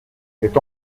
c’est